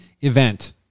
event